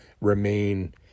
remain